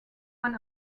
man